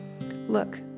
look